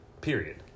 period